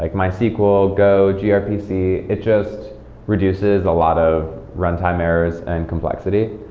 like mysql, go, grpc, it just reduces a lot of runtime errors and complexity.